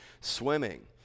swimming